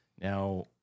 Now